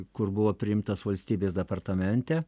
kur buvo priimtas valstybės departamente